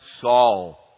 Saul